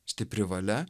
stipri valia